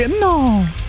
No